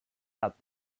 out